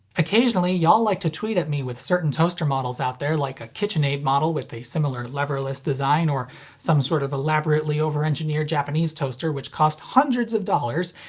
occasionally y'all like to tweet at me with certain toaster models out there like a kitchen aid model with a similar lever-less design or some sort of elaborately over-engineered japanese toaster which cost hundreds of dollars,